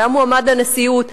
שהיה מועמד לנשיאות,